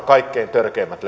kaikkein törkeimmät